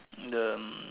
the um